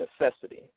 necessity